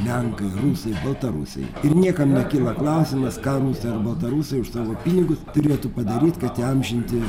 lenkai rusai baltarusiai ir niekam nekyla klausimas ką rusai ar baltarusai už savo pinigus turėtų padaryti kad įamžinti